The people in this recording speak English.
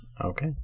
Okay